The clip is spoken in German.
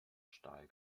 stahl